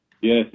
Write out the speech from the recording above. Yes